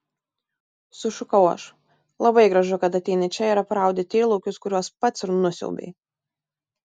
sušukau aš labai gražu kad ateini čia ir apraudi tyrlaukius kuriuos pats ir nusiaubei